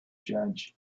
judge